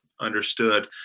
understood